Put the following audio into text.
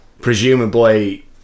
presumably